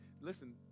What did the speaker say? listen